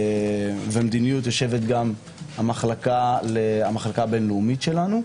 ומדיניות יושבת גם המחלקה הבין לאומית שלנו,